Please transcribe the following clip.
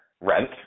rent